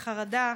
וחרדה,